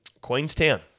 Queenstown